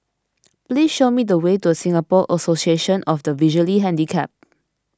please show me the way to Singapore Association of the Visually Handicapped